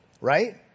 right